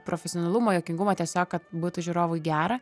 profesionalumo juokingumo tiesiog kad būtų žiūrovui gera